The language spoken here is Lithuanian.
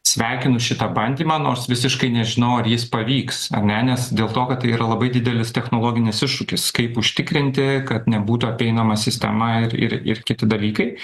sveikinu šitą bandymą nors visiškai nežinau ar jis pavyks ar ne nes dėl to kad tai yra labai didelis technologinis iššūkis kaip užtikrinti kad nebūtų apeinama sistema ir ir ir kiti dalykai